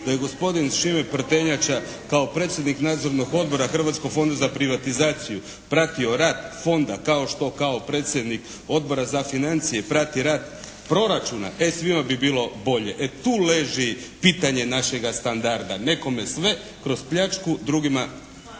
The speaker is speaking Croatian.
Da je gospodin Šime Prtenjača kao predsjednik Nadzornog odbora Hrvatskog fonda za privatizaciju pratio rad Fonda kao što kao predsjednik Odbora za financije prati rad proračuna e, svima bi bilo bolje. E, tu leži pitanje našega standarda. Nekome sve kroz pljačku, drugima